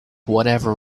whatever